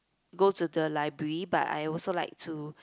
go to the library but I also like to